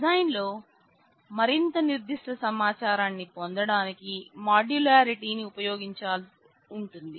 design లో మరింత నిర్దిష్ట సమాచారాన్ని పొందడానికి మాడ్యూలారిటీ ని ఉపయోగించవలసి ఉంటుంది